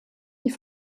die